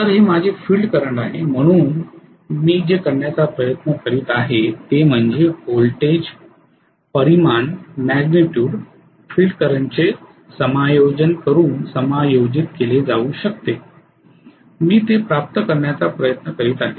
तर हे माझे फील्ड करंट आहे म्हणून मी जे करण्याचा प्रयत्न करीत आहे ते म्हणजे व्होल्टेज परिमाण फील्ड करंटचे समायोजन करून समायोजित केले जाऊ शकते मी ते प्राप्त करण्याचा प्रयत्न करीत आहे